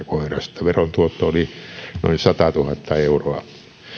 koirasta veron tuotto oli noin satatuhatta euroa